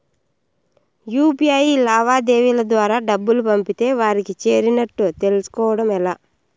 UPI లావాదేవీల ద్వారా డబ్బులు పంపితే వారికి చేరినట్టు తెలుస్కోవడం ఎలా?